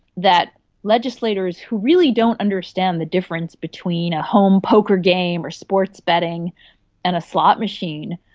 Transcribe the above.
that legislators, who really don't understand the difference between a home poker game or sports betting and a slot machine,